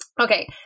okay